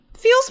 feels